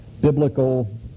biblical